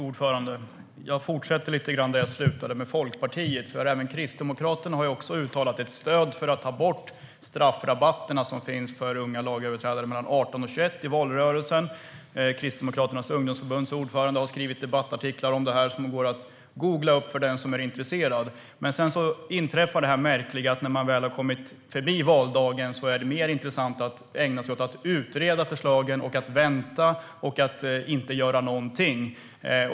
Fru talman! Jag fortsätter där jag slutade med Liberalerna, för även Kristdemokraterna uttalade i valrörelsen stöd för att ta bort de straffrabatter som finns för unga lagöverträdare mellan 18 och 21 år. Kristdemokraternas ungdomsförbunds ordförande har skrivit debattartiklar om detta som går att googla upp för den som är intresserad. Sedan inträffar detta märkliga att det, när man väl har kommit förbi valdagen, är mer intressant att ägna sig åt att utreda förslagen, att vänta och att inte göra någonting.